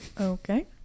Okay